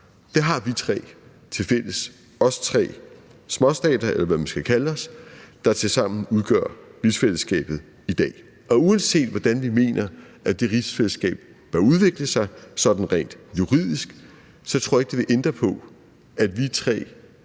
Det har vi tre tilfælles, os tre småstater, eller hvad man skal kalde os, der tilsammen udgør rigsfællesskabet i dag. Uanset hvordan vi mener det rigsfællesskab bør udvikle sig sådan rent juridisk, så tror jeg ikke, det vil ændre på, at vi tre